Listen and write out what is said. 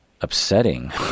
upsetting